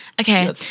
Okay